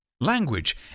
Language